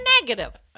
negative